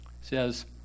says